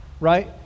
Right